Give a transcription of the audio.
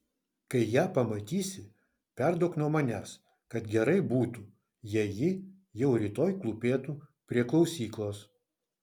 kai ją pamatysi perduok nuo manęs kad gerai būtų jei ji jau rytoj klūpėtų prie klausyklos